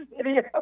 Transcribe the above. video